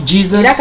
Jesus